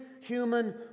human